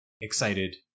excited